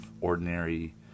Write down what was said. ordinary